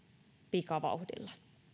pikavauhdilla